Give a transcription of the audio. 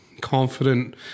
confident